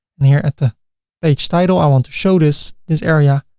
and here at the page title i want to show this, this area.